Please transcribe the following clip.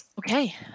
Okay